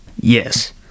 Yes